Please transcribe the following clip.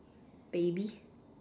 baby